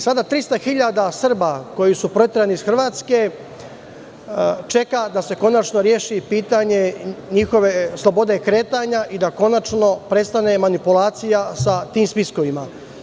Sada 300.000 Srba koji su proterani iz Hrvatske čeka da se konačno reši pitanje njihove slobode kretanja i da konačno prestane manipulacija sa tim spiskovima.